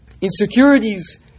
insecurities